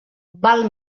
val